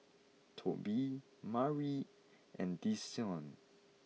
Tobie Mari and Desean